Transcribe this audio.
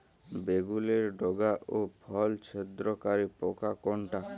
বেগুনের ডগা ও ফল ছিদ্রকারী পোকা কোনটা?